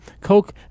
Coke